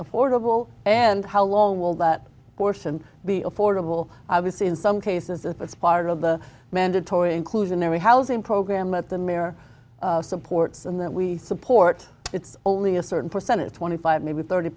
affordable and how long will that portion be affordable obviously in some cases if it's part of the mandatory inclusionary housing program that the mayor supports and that we support it's only a certain percentage twenty five maybe thirty